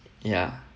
ya